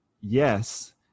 yes